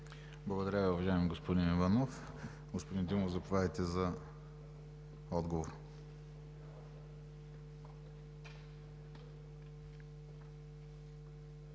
Благодаря Ви, уважаеми господин Иванов. Господин Димов, заповядайте за отговор.